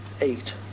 eight